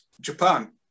Japan